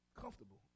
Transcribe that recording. comfortable